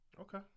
Okay